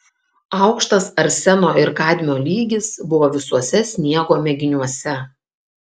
aukštas arseno ir kadmio lygis buvo visuose sniego mėginiuose